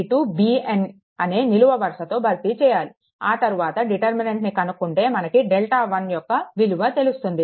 bn అనే నిలువు వరుసతో భర్తీ చేయాలి ఆ తరువాత డిటర్మినెంట్ని కనుక్కుంటే మనకు డెల్టా1 యొక్క విలువ తెలుస్తుంది